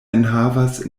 enhavas